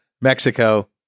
Mexico